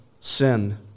sin